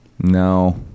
No